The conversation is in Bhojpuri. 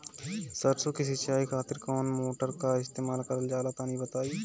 सरसो के सिंचाई खातिर कौन मोटर का इस्तेमाल करल जाला तनि बताई?